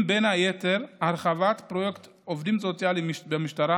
בין היתר הרחבת פרויקט עובדים סוציאליים במשטרה,